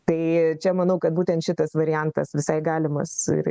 tai čia manau kad būtent šitas variantas visai galimas ir